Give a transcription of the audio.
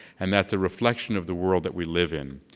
and that's a reflection of the world that we live in.